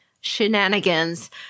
shenanigans